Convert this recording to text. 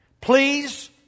please